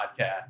Podcast